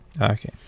Okay